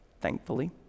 thankfully